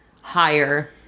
higher